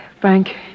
Frank